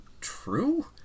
true